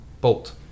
Bolt